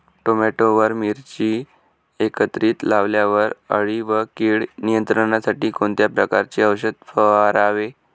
Tomato व मिरची एकत्रित लावल्यावर अळी व कीड नियंत्रणासाठी कोणत्या प्रकारचे औषध फवारावे?